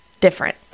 different